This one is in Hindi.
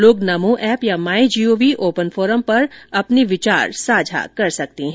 लोग नमो एप या माई जीओवी ओपन फोरम पर अपने विचार साझा कर सकते हैं